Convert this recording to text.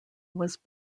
was